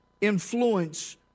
influence